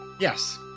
Yes